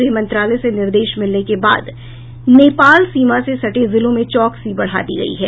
गृह मंत्रालय से निर्देश मिलने के बाद नेपाल सीमा से सटे जिलों में चौकसी बढ़ा दी गयी है